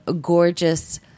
gorgeous